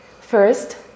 first